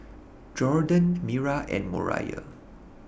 Jorden Mira and Moriah